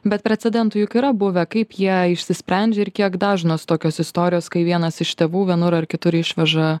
bet precedentų juk yra buvę kaip jie išsisprendžia ir kiek dažnos tokios istorijos kai vienas iš tėvų vienur ar kitur išveža